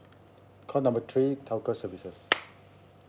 call number three telco services